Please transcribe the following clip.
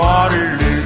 Waterloo